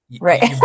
Right